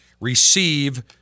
receive